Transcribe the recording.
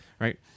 Right